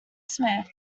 smith